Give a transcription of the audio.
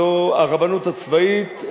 זו הרבנות הצבאית.